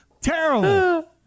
Terrible